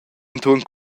entuorn